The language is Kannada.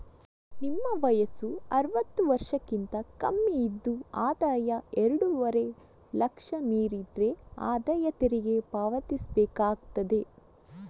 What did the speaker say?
ನಿಮ್ಮ ವಯಸ್ಸು ಅರುವತ್ತು ವರ್ಷಕ್ಕಿಂತ ಕಮ್ಮಿ ಇದ್ದು ಆದಾಯ ಎರಡೂವರೆ ಲಕ್ಷ ಮೀರಿದ್ರೆ ಆದಾಯ ತೆರಿಗೆ ಪಾವತಿಸ್ಬೇಕಾಗ್ತದೆ